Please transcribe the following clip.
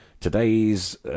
Today's